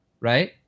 Right